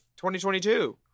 2022